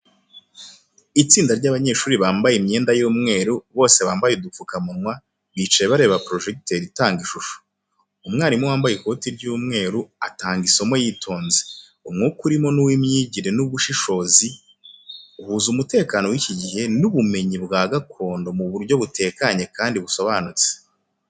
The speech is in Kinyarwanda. Itsinda ry’abanyeshuri bambaye imyenda y’umweru, bose bambaye udupfukamunwa, bicaye bareba projector itanga ishusho. Umwarimu wambaye ikoti ry’umweru atanga isomo yitonze. Umwuka urimo ni uw’imyigire n’ubushishozi, uhuza umutekano w’iki gihe n’ubumenyi bwa gakondo mu buryo butekanye kandi busobanutse.